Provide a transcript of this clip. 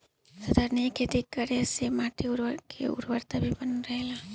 संधारनीय खेती करे से माटी के उर्वरकता भी बनल रहेला